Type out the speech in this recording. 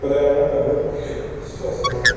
पर्यावरण ॾाढो स्वस्थ रहे